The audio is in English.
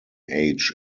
age